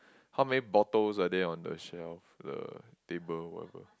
how many bottles are there on the shelf the table or whatever